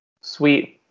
sweet